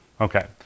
Okay